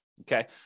okay